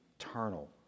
eternal